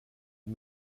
une